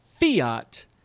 fiat